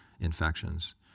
infections